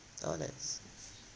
oh nice